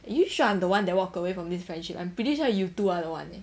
are you sure I'm the one that walk away from this friendship I'm pretty sure you two are the one leh